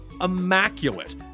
immaculate